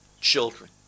children